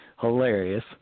hilarious